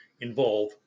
involve